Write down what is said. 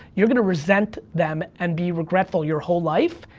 you're gonna resent them, and be regretful your whole life,